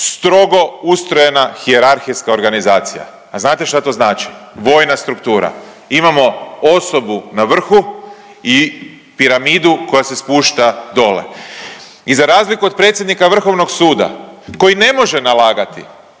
strogo ustrojena hijerarhijska organizacija. A znate šta to znači? Vojna struktura. Imamo osobu na vrhu i piramidu koja se spušta dole. I za razliku od predsjednika Vrhovnog suda koji ne može nalagati,